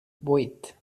vuit